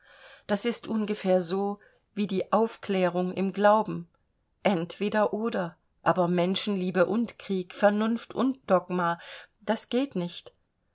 das ist ungefähr so wie die aufklärung im glauben entweder oder aber menschenliebe und krieg vernunft und dogma das geht nicht